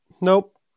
Nope